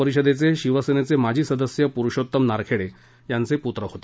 प चे शिवसेनेचे माजी सदस्य पुरूषोत्तम नारखेडे यांचे पुत्र होते